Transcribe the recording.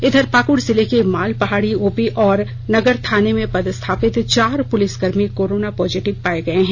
इधर पाक्ड जिले के मालपहाड़ी ओपी और नगर थाने में पदस्थापित चार पुलिसकर्मी कोरोना पॉजिटिव पाये गये है